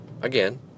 Again